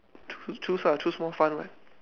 ch~ choose ah choose more fun one